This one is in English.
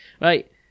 Right